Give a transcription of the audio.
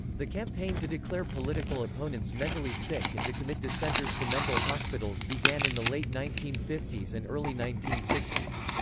the campaign to declare political opponents mentally sick and to commit dissenters to mental hospitals began in in the late nineteen fifty s and early nineteen sixty s.